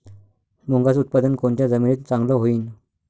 मुंगाचं उत्पादन कोनच्या जमीनीत चांगलं होईन?